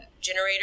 generator